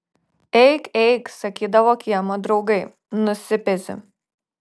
eik eik sakydavo kiemo draugai nusipezi